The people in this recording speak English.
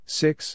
six